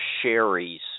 Sherry's